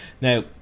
now